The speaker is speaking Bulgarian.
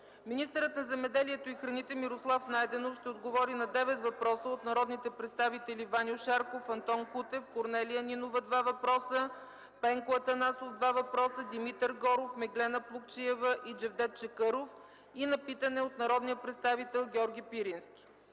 Министърът на земеделието и храните Мирослав Найденов ще отговори на 9 въпроса от народните представители Ваньо Шарков, Антон Кутев, Корнелия Нинова – 2 въпроса, Пенко Атанасов –2 въпроса, Димитър Горов, Миглена Плугчиева и Джевдет Чакъров, и на питане от народния представител Георги Пирински.